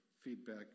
feedback